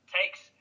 takes